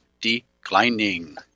declining